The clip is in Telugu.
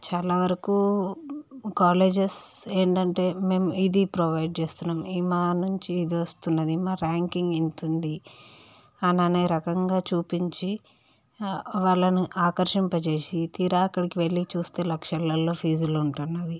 చాలా వరకు కాలేజెస్ ఏంటంటే మేము ఇది ప్రొవైడ్ చేస్తున్నాము మా నుంచి ఇది వస్తున్నది మా ర్యాంకింగ్ ఇంతు ఉంది అని అనే రకంగా చూపించి వాళ్ళని ఆకర్షింప చేసి తీరా అక్కడికి వెళ్ళి చూస్తే లక్షలల్లో ఫీజులు ఉంటున్నవి